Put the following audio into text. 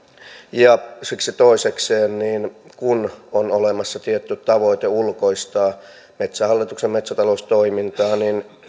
ja siksi toisekseen kun on olemassa tietty tavoite ulkoistaa metsähallituksen metsätaloustoimintaa